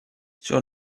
sur